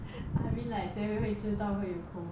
I mean like 谁会知道会有 COVID